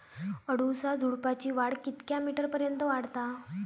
अडुळसा झुडूपाची वाढ कितक्या मीटर पर्यंत वाढता?